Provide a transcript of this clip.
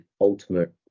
ultimate